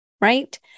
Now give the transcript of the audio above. right